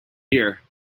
here